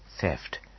theft